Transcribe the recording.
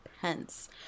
Pence